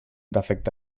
defecte